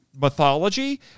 mythology